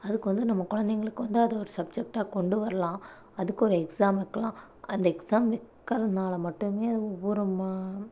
அதுக்கு வந்து நம்ம குழந்தைகளுக்கு வந்து அது ஒரு சப்ஜக்ட்டாக கொண்டுவரலாம் அதுக்கு ஒரு எக்ஸாம் வைக்கலாம் அந்த எக்ஸாம் வைக்கிறனால் மட்டுமே அது ஒவ்வொரு மு